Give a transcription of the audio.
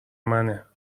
منه